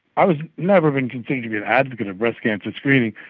i've never been considered to be an advocate of breast cancer screening.